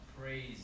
praise